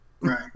Right